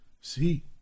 See